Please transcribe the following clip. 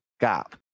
gap